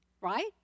right